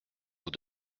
vous